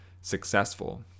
successful